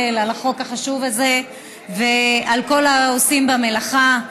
על החוק החשוב הזה ואת כל העושים במלאכה.